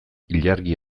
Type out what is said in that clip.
ilargia